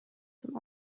zum